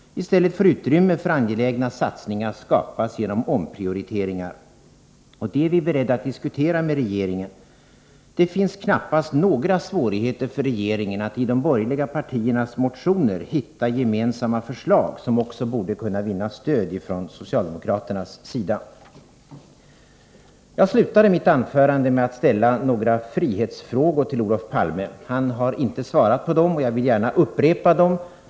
I stället får utrymme för angelägna satsningar skapas genom omprioriteringar. Det är vi också beredda att diskutera med regeringen. Det kan knappast vara några svårigheter för regeringen att i de borgerliga partiernas motioner hitta gemensamma förslag, som också borde kunna vinna stöd från socialdemokraternas sida. Jag slutade mitt anförande med att ställa några frihetsfrågor till Olof Palme. Han har inte svarat på dem, och jag vill därför upprepa dem.